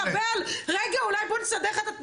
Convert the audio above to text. יש חברי כנסת שלא ראו אף פעם כלא של אסירים ביטחוניים.